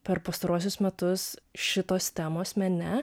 per pastaruosius metus šitos temos mene